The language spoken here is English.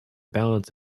balance